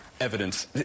evidence